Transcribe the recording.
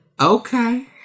Okay